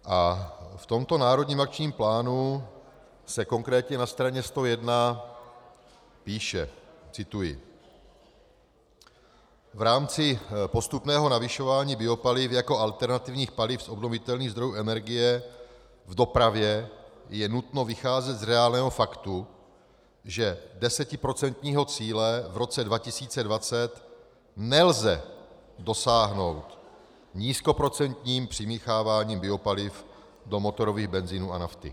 V tomto Národním akčním plánu se konkrétně na straně 101 píše cituji: V rámci postupného navyšování biopaliv jako alternativních paliv z obnovitelných zdrojů energie v dopravě je nutno vycházet z reálného faktu, že desetiprocentního cíle v roce 2020 nelze dosáhnout nízkoprocentním přimícháváním biopaliv do motorových benzínů a nafty.